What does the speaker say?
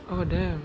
oh damn